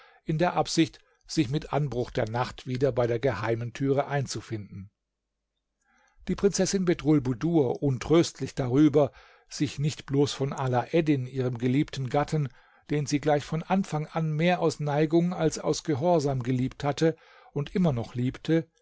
in der absicht sich mit anbruch der nacht wieder bei der geheimen türe einzufinden die prinzessin bedrulbudur untröstlich darüber sich nicht bloß von alaeddin ihrem geliebten gatten den sie gleich von anfang an mehr aus neigung als aus gehorsam geliebt hatte und immer noch liebte